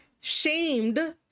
shamed